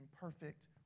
perfect